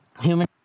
human